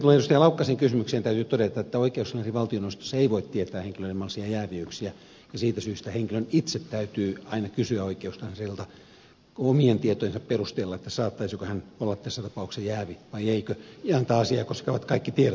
laukkasen kysymykseen täytyy todeta että oikeuskansleri ei voi tietää henkilöiden mahdollisia jääviyksiä valtioneuvostossa ja siitä syystä henkilön itse täytyy aina kysyä oikeuskanslerilta omien tietojensa perusteella saattaisiko hän olla tässä tapauksessa jäävi vai eikö ja antaa asiaa koskevat kaikki tiedot